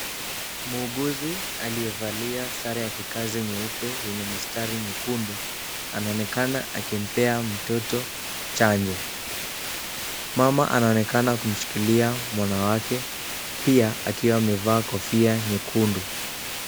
Muuguzi aliyevalia sare ya kikazi nyeupe yenye mistari nyekundu anaonekana akimpea mtoto chanjo. Mama anaonekana kumushikilia mwanawake wake pia akiwa amevaa kofia nyekundu.